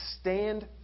stand